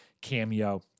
cameo